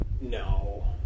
No